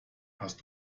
hast